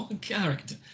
character